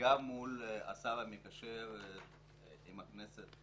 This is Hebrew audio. וגם מול השר המקשר עם הכנסת,